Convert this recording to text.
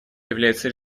является